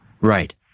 Right